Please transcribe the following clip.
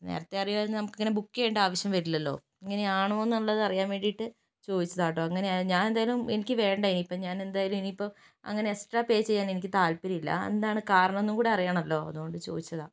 ഏ നേരത്തെ അറിയുമായിരുന്നെങ്കിൽ നമുക്കിങ്ങനെ ബുക്ക് ചെയ്യേണ്ട ആവശ്യം വരില്ലല്ലോ ഇങ്ങനെയാണോന്നുള്ളതറിയാൻ വേണ്ടിയിട്ട് ചോദിച്ചതാ കെട്ടോ എങ്ങനെ ഞാനെന്തായാലും എനിക്ക് വേണ്ട ഇനിയിപ്പം അങ്ങനെ എക്സ്ട്രാ പേ ചെയ്യാൻ എനിക്ക് താല്പര്യമില്ല അതെന്താണ് കാരണമെന്ന് കൂടി അറിയണമല്ലോ അതുകൊണ്ട് ചോദിച്ചതാണ്